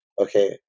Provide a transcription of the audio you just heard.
okay